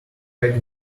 pack